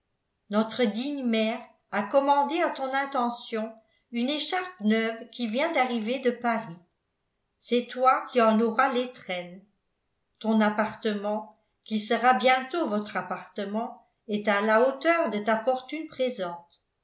notre digne maire a commandé à ton intention une écharpe neuve qui vient d'arriver de paris c'est toi qui en auras l'étrenne ton appartement qui sera bientôt votre appartement est à la hauteur de ta fortune présente